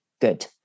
good